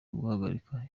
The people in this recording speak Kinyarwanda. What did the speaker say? guhagarika